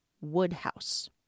Woodhouse